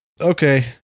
Okay